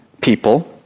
people